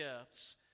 gifts